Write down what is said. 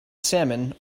salmon